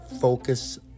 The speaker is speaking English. focus